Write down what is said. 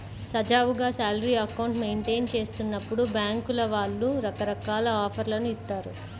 సజావుగా salary account maintain చేస్తున్నప్పుడు బ్యేంకుల వాళ్ళు రకరకాల ఆఫర్లను ఇత్తాయి